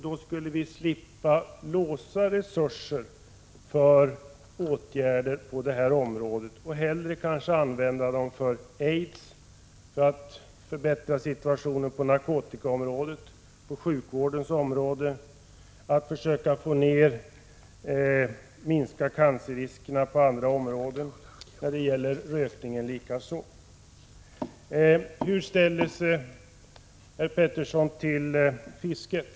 Vi skulle då slippa att låsa resurser för åtgärder på detta område och i stället använda dem mot aids, för att förbättra situationen på narkotikaområdet och sjukvårdsområdet och för att minska cancerriskerna på andra områden, t.ex. på grund av rökningen. Hur ställer sig herr Pettersson till fisket?